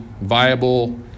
viable